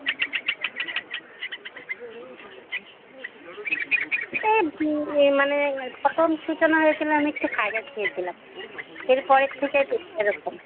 হ্যাঁ এ মানে প্রথম সূচনা হয়েছিলো আমি একটু ফাইড রাইস খেয়েছিলাম এরপরের থেকে পেটটা এরকম